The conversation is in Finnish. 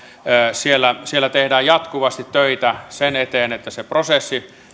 siellä siellä tehdään jatkuvasti töitä sen eteen että se prosessi